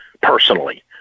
personally